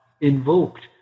invoked